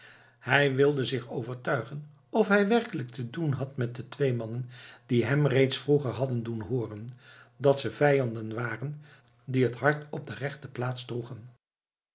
hij wilde zich overtuigen of hij werkelijk te doen had met de twee mannen die hem reeds vroeger hadden doen hooren dat ze vijanden waren die het hart op de rechte plaats droegen